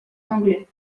anglais